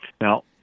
Now